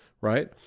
right